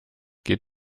geht